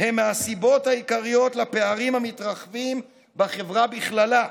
הם מהסיבות העיקריות לפערים המתרחבים בחברה בכללה.